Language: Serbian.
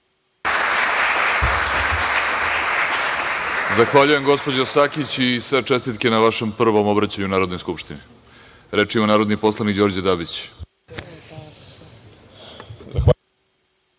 Zahvaljujem, gospođo Sakić. Sve čestitke na vašem prvom obraćanju Narodnoj skupštini. Reč ima narodni poslanik Đorđe